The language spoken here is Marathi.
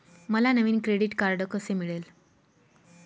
मला नवीन क्रेडिट कार्ड कसे मिळेल?